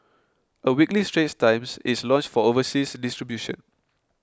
a weekly Straits Times is launched for overseas distribution